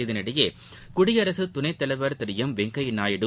இதனிடையே குடியரசு துணைத்தலைவர் திரு எம் வெங்கையா நாயுடு